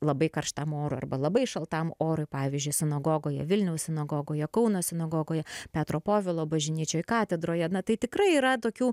labai karštam orui arba labai šaltam orui pavyzdžiui sinagogoje vilniaus sinagogoje kauno sinagogoje petro povilo bažnyčioj katedroje na tai tikrai yra tokių